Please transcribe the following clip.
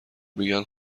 میگن